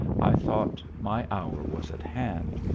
i thought my hour was at hand.